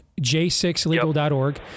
j6legal.org